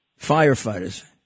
firefighters